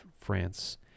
France